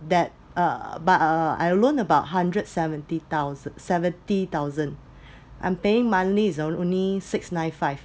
that uh but uh I loan about hundred seventy thous~ seventy thousand I’m paying monthly is only six nine five